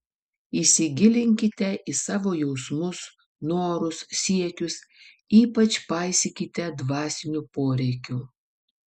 įsigilinkite į savo jausmus norus siekius ypač paisykite dvasinių poreikių